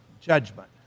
judgment